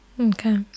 Okay